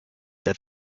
that